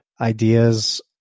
ideas